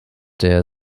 der